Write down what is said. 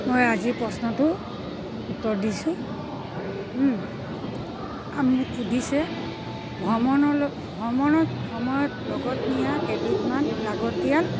মই আজিৰ প্ৰশ্নটো উত্তৰ দিছোঁ মোক সুধিছে ভ্ৰমণৰ ভ্ৰমণত সময়ত লগত নিয়া কেইবিধমান লাগতিয়াল